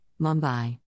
Mumbai